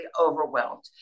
overwhelmed